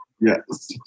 Yes